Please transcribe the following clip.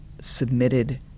submitted